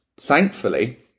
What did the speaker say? thankfully